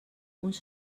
uns